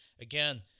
Again